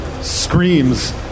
screams